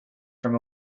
from